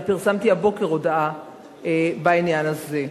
אני פרסמתי הבוקר הודעה בעניין הזה.